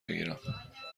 بگیریم